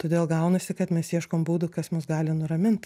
todėl gaunasi kad mes ieškom būdų kas mus gali nuramint